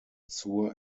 zur